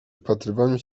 wpatrywaniu